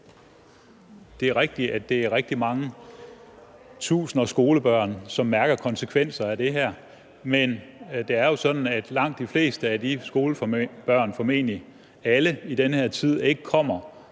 Det er rigtigt, at det er rigtig mange tusinder af skolebørn, som mærker konsekvenser af det her, men det er jo sådan, at langt de fleste af de skolebørn – formentlig alle – i den her tid ikke kommer